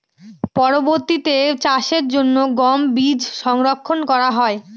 পরবর্তিতে চাষের জন্য গম বীজ সংরক্ষন করা হয়?